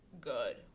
good